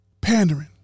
Pandering